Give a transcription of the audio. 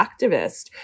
activist